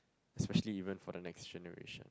especially even for the next generation